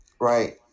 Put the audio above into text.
Right